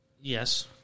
Yes